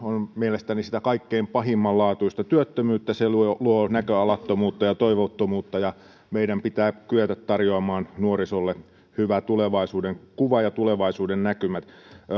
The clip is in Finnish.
mielestäni sitä kaikkein pahimmanlaatuista työttömyyttä se luo luo näköalattomuutta ja toivottomuutta ja meidän pitää kyetä tarjoamaan nuorisolle hyvä tulevaisuudenkuva ja hyvät tulevaisuudennäkymät